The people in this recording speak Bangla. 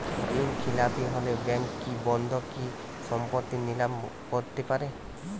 ঋণখেলাপি হলে ব্যাঙ্ক কি বন্ধকি সম্পত্তি নিলাম করতে পারে?